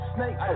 Snake